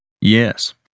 Yes